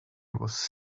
was